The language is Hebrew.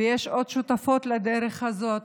ויש עוד שותפות לדרך הזאת,